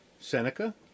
Seneca